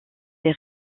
des